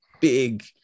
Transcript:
big